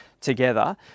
together